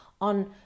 on